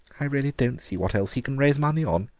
i really don't see what else he can raise money on.